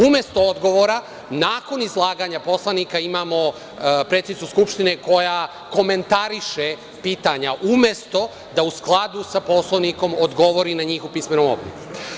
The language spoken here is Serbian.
Umesto odgovora, nakon izlaganja poslanika imamo predsednicu Skupštine koja komentariše pitanja, umesto da u skladu sa Poslovnikom odgovori na njih u pismenom obliku.